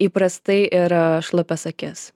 įprastai ir šlapias akis